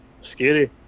Scary